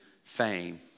fame